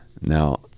Now